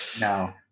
No